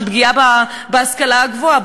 של פגיעה בהשכלה הגבוהה?